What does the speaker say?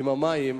עם המים,